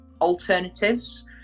alternatives